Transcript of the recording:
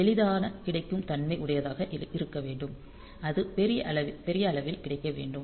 எளிதான கிடைக்கும் தன்மை உடையதாக இருக்க வேண்டும் அது பெரிய அளவில் கிடைக்க வேண்டும்